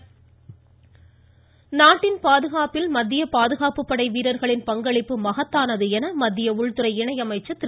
கிரண் ரிஜுஜு நாட்டின் பாதுகாப்பில் மத்திய பாதுகாப்பு படை வீரர்களின் பங்களிப்பு மகத்தானது என மத்திய உள்துறை இணை அமைச்சர் திரு